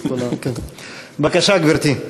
בבקשה, גברתי.